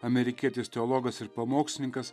amerikietis teologas ir pamokslininkas